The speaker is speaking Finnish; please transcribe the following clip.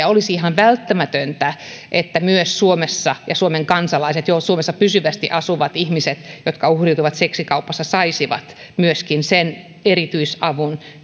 olisi ihan välttämätöntä että myös suomen kansalaiset jo suomessa pysyvästi asuvat ihmiset jotka uhriutuvat seksikaupassa saisivat myöskin sen erityisavun